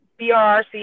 BRRC